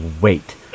wait